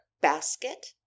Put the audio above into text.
basket